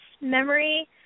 memory